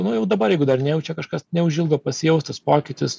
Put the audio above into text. nu jau dabar jeigu dar nejaučia kažkas neužilgo pasijaus tas pokytis